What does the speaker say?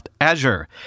Azure